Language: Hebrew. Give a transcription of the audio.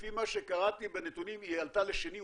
לפי מה שקראתי בנתונים היא עלתה לשני,